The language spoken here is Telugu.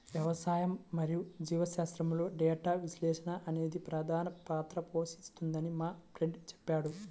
వ్యవసాయం మరియు జీవశాస్త్రంలో డేటా విశ్లేషణ అనేది ప్రధాన పాత్ర పోషిస్తుందని మా ఫ్రెండు చెప్పాడు